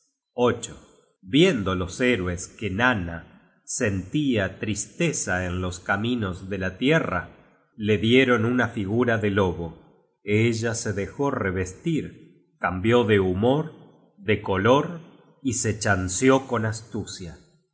content from google book search generated at tristeza en los caminos de la tierra la dieron una figura de lobo ella se dejó revestir cambió de humor de color y se chanceó con astucia